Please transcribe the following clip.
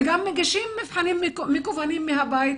וגם מגישים מבחנים מקוונים מהבית.